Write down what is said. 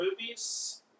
movies